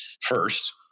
first